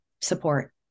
support